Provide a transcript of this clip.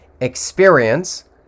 experience